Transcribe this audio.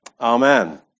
Amen